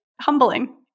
humbling